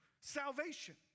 salvation